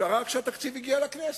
קרה כשהתקציב הגיע לכנסת.